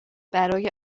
برای